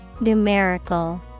Numerical